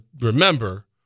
remember